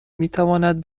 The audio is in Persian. میتواند